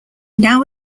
now